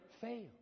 fail